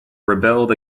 rebelled